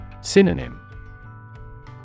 Synonym